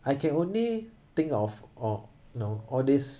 I can only think of orh you know all these